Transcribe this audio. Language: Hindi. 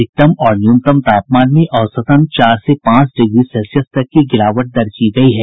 अधिकतम और न्यूनतम तापमान में औसतन चार से पांच डिग्री सेल्सियस तक की गिरावट दर्ज की गयी है